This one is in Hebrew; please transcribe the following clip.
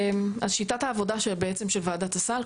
שיטת העבודה של ועדת הסל,